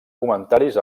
comentaris